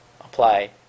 apply